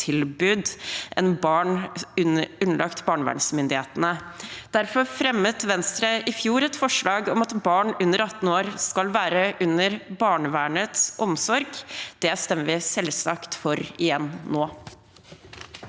enn barn underlagt barnevernsmyndighetene. Derfor fremmet Venstre i fjor et forslag om at barn under 18 år skal være under barnevernets omsorg. Det stemmer vi selvsagt for igjen nå.